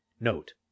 Note